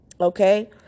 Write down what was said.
Okay